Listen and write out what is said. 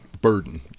burden